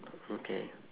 okay